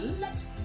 Let